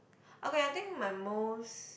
okay I think my most